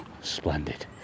Splendid